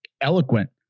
eloquent